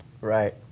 Right